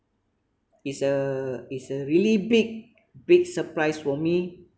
it's a it's a really big big surprise for me